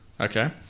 Okay